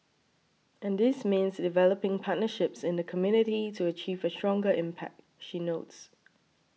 and this means developing partnerships in the community to achieve a stronger impact she notes